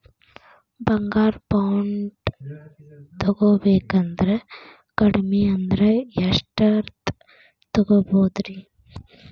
ಬಂಗಾರ ಬಾಂಡ್ ತೊಗೋಬೇಕಂದ್ರ ಕಡಮಿ ಅಂದ್ರ ಎಷ್ಟರದ್ ತೊಗೊಬೋದ್ರಿ?